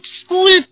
school